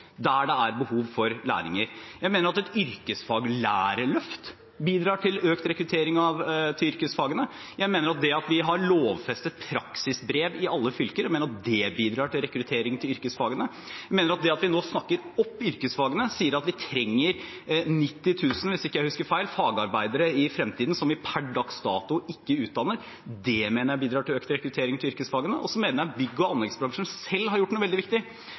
der det er behov for lærlinger. Jeg mener at et yrkesfaglærerløft bidrar til økt rekruttering til yrkesfagene, jeg mener at det at vi har lovfestet praksisbrev i alle fylker, bidrar til rekruttering til yrkesfagene, jeg mener at det at vi nå snakker opp yrkesfagene og sier at vi trenger 90 000 – hvis jeg ikke husker feil – fagarbeidere i fremtiden, som vi per dags dato ikke utdanner, bidrar til økt rekruttering til yrkesfagene, og så mener jeg at bygg- og anleggsbransjen selv har gjort noe veldig viktig,